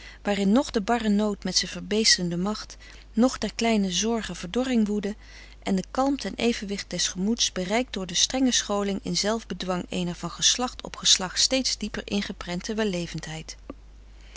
waarin noch de barre nood met zijn verbeestende macht noch der kleine zorgen verdorring woedde en de kalmte en evenwicht des gemoeds bereikt door de strenge scholing in zelfbedwang eener van geslacht op geslacht steeds dieper ingeprente wellevendheid